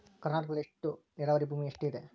ಕರ್ನಾಟಕದಲ್ಲಿ ಒಟ್ಟು ನೇರಾವರಿ ಭೂಮಿ ಎಷ್ಟು ಇದೆ?